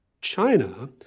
China